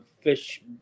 fish